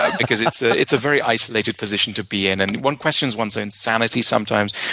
because it's ah it's a very isolated position to be in, and one questions one's own sanity sometimes.